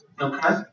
Okay